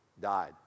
died